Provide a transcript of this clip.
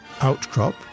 outcrop